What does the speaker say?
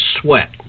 sweat